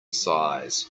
size